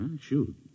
shoot